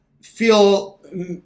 feel